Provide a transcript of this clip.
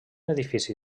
edifici